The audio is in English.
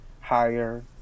higher